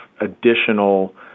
additional